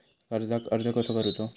कर्जाक अर्ज कसो करूचो?